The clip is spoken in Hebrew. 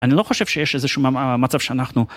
אני לא חושב שיש איזשהו מצב שאנחנו.